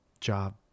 job